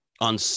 On